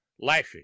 lashing